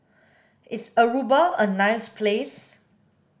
is Aruba a nice place